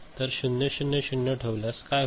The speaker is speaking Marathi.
तर 0 0 0 ठेवल्यास काय होईल